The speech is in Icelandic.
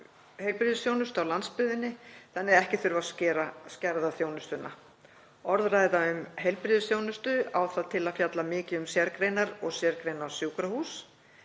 heilbrigðisþjónustu á landsbyggðinni þannig að ekki þurfi að skerða þjónustu. Orðræða um heilbrigðisþjónustu á það til að fjalla mikið um sérgreinar og sérgreinasjúkrahús